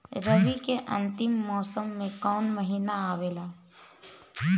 रवी के अंतिम मौसम में कौन महीना आवेला?